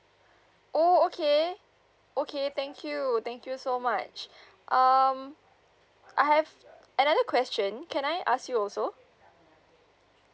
oh okay okay thank you thank you so much um I have another question can I ask you also